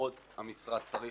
שהמשרד מאוד צריך